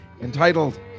entitled